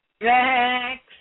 Next